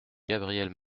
gabriel